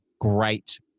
great